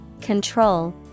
control